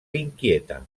inquieta